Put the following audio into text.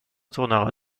tournera